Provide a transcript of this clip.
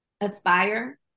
Aspire